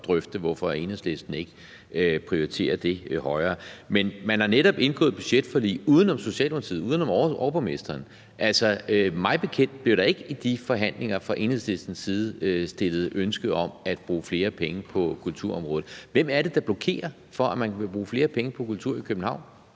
spørge, hvorfor Enhedslisten ikke prioriterer det højere. Men man har netop indgået et budgetforlig uden om Socialdemokratiet, altså uden om overborgmesteren. Mig bekendt blev der ikke i disse forhandlinger fra Enhedslistens side ytret ønske om at bruge flere penge på kulturområdet. Hvem er det, der blokerer for at bruge flere penge på kultur i København?